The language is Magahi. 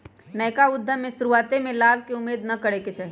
नयका उद्यम में शुरुआते में लाभ के उम्मेद न करेके चाही